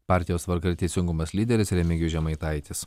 partijos tvarka ir teisingumas lyderis remigijus žemaitaitis